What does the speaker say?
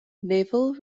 naval